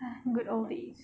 good old days